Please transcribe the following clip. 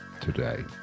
today